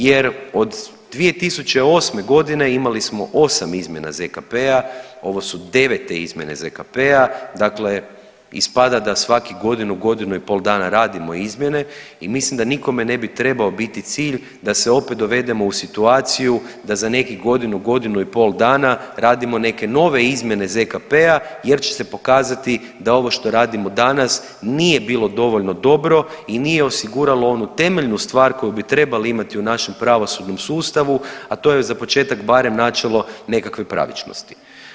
Jer od 2008.g. imali smo osam izmjena ZKP-a, ovo su devete izmjene ZKP-a dakle ispada da svakih godinu, godinu i pol dana radimo izmjene i mislim da nikome ne bi trebao biti cilj da se opet dovedemo u situaciju da za nekih godinu, godinu i pol dana radimo neke nove izmjene ZKP-a jer će se pokazati da ovo što radimo danas nije bilo dovoljno dobro i nije osiguralo onu temeljnu stvar koju bi trebali imati u našem pravosudnom sustavu, a to je za početak barem načelo nekakve pravičnosti.